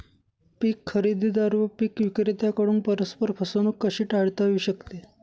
पीक खरेदीदार व पीक विक्रेत्यांकडून परस्पर फसवणूक कशी टाळता येऊ शकते?